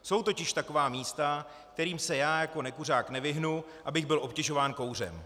Jsou totiž taková místa, kterým se já jako nekuřák nevyhnu, abych byl obtěžován kouřem.